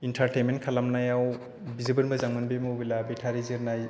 entertainment खालामनायाव जोबोर मोजांमोन बे मबाइलआ बेटारि जोरनाय